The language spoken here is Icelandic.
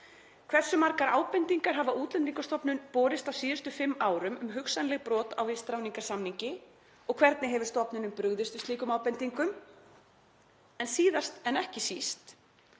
Hversu margar ábendingar hafa Útlendingastofnun borist á síðustu fimm árum um hugsanleg brot á vistráðningarsamningi og hvernig hefur stofnunin brugðist við slíkum ábendingum? Síðast en ekki síst: